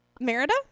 Merida